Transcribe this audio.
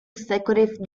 executive